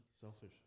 selfish